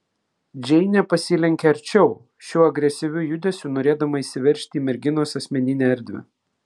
džeinė pasilenkė arčiau šiuo agresyviu judesiu norėdama įsiveržti į merginos asmeninę erdvę